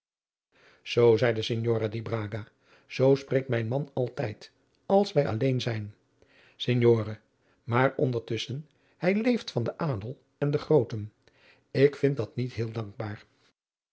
zoo zeide signora di braga zoo spreekt mijn man altijd als wij alleen zijn signore maar ondertusschen hij leeft van den adel en de grooten ik vind dat niet heel dankbaar